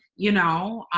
you know,